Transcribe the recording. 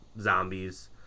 zombies